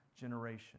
generation